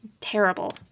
terrible